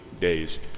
days